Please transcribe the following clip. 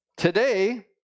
Today